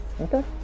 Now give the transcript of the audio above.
Okay